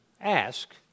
ask